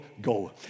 go